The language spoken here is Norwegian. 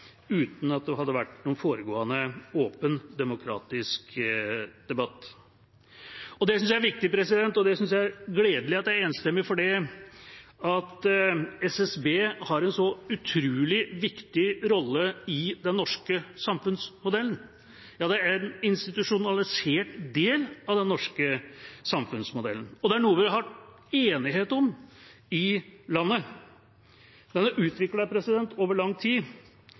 uten at det hadde vært noen foregående åpen demokratisk debatt. Det synes jeg er viktig, og jeg synes det er gledelig at det er enstemmig, for SSB har en så utrolig viktig rolle i den norske samfunnsmodellen. Det er en institusjonalisert del av den norske samfunnsmodellen, og det er noe det har vært enighet om i landet. Det er utviklet over lang tid.